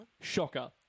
Shocker